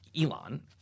Elon